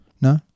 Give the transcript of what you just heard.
No